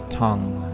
tongue